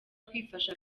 kwifasha